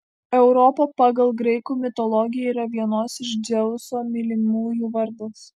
europa pagal graikų mitologiją yra vienos iš dzeuso mylimųjų vardas